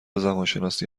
زبانشناسی